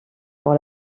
pour